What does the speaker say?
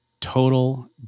total